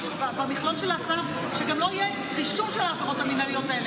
במכלול של ההצעה שגם לא יהיה רישום של העבירות המינהליות האלה.